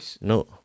No